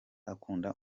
akunda